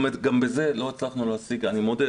גם את זה לא הצלחנו להשיג, אני מודה.